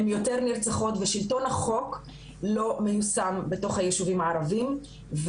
הן יותר נרצחות ושלטון החוק לא מיושם בתוך היישובים הערביים.